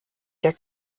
der